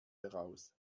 heraus